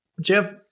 jeff